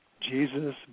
Jesus